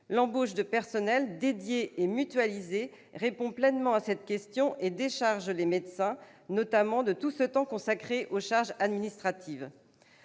L'embauche de personnel dédié et mutualisé répond pleinement à cette question et décharge les médecins, notamment, de tout ce temps consacré aux charges administratives.